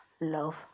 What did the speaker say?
love